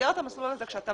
במסגרת המסלול הזה, כשאתה